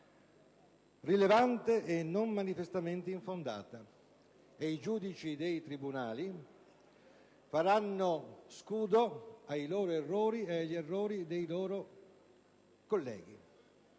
rilevante e non manifestamente infondata, e i giudici dei tribunali faranno scudo ai loro errori e a quelli dei loro colleghi.